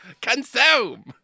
Consume